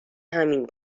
همین